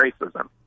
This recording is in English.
racism